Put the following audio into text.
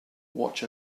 watch